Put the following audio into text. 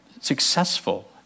successful